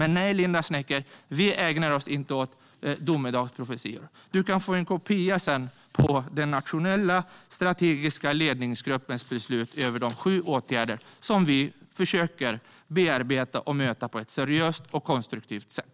Nej, Linda Snecker, vi ägnar oss inte åt domedagsprofetior. Du kan sedan få en kopia av den nationella strategiska ledningsgruppens beslut om de sju åtgärder som vi försöker bearbeta och bemöta på ett seriöst och konstruktivt sätt.